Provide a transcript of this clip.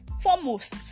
foremost